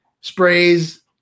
sprays